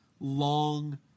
long